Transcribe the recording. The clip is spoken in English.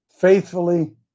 faithfully